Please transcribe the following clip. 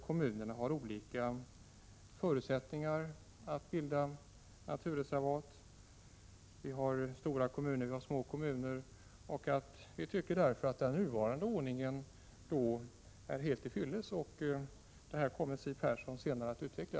Kommunerna har ju olika förutsättningar att bilda naturreservat. Det finns stora kommuner och små kommuner. Vi tycker därför att den nuvarande ordningen är helt till fyllest. Detta kommer som sagt Siw Persson senare att utveckla.